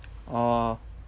orh